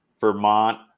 Vermont